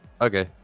Okay